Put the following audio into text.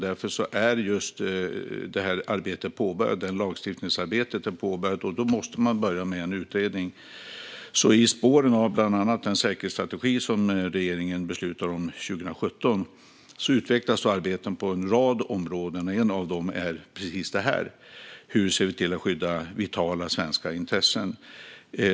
Därför har vi inlett ett lagstiftningsarbete, och då måste vi börja med en utredning. I spåren av den säkerhetsstrategi som regeringen beslutade 2017 utvecklas arbetet på en rad områden, och ett av dem är precis detta: Hur ser vi till att skydda vitala svenska intressen?